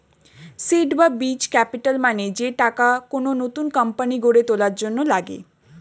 seed বা বীজ capital মানে যে টাকা কোন নতুন কোম্পানি গড়ে তোলার জন্য লাগে